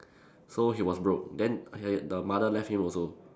so he was broke then he the mother left him also